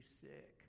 sick